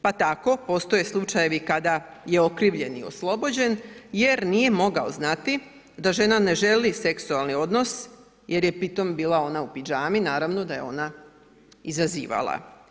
Pa tako postoje slučajevi kada je okrivljeni oslobođen jer nije mogao znati da žena ne želi seksualni odnos jer je pri tom bila ona u pidžami, naravno da je ona izazivala.